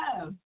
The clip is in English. love